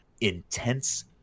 intense